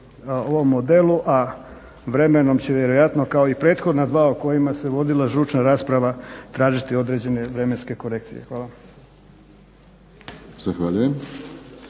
ovom modelu, a vremenom će vjerojatno, kao i prethodna dva o kojima se vodila žučna rasprava tražiti određene vremenske korekcije. Hvala.